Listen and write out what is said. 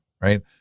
right